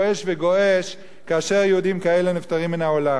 וגועש כאשר יהודים כאלה נפטרים מהעולם.